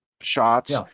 shots